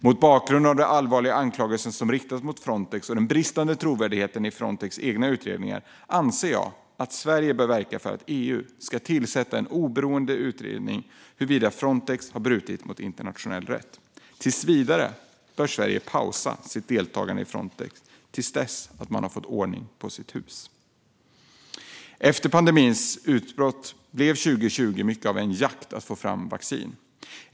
Mot bakgrund av de allvarliga anklagelser som riktats mot Frontex och den bristande trovärdigheten i Frontex egna utredningar anser jag att Sverige bör verka för att EU ska tillsätta en oberoende utredning av huruvida Frontex har brutit mot internationell rätt. Tills vidare bör Sverige pausa sitt deltagande i Frontex till dess att man har fått ordning på sitt hus. Efter pandemins utbrott blev 2020 mycket av en jakt för att få fram vaccin.